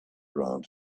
around